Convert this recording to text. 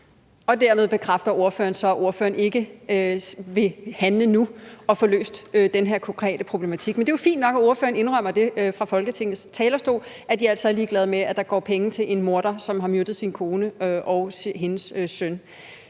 Og dermed bekræfter ordføreren så, at ordføreren ikke vil handle nu og få løst den her konkrete problematik. Men det er jo fint nok, at ordføreren indrømmer det fra Folketingets talerstol – at Enhedslisten altså er ligeglad med, at der går penge til en mand, som har myrdet sin kone og hendes søn.